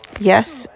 yes